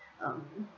um